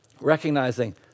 recognizing